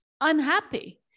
unhappy